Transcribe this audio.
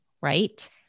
right